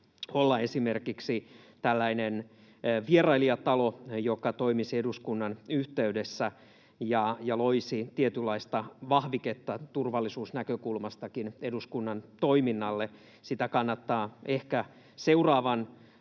olla esimerkiksi tällainen vierailijatalo, joka toimisi eduskunnan yhteydessä ja loisi tietynlaista vahviketta turvallisuusnäkökulmastakin eduskunnan toiminnalle. Sitä kannattaa ehkä seuraavan